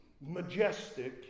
majestic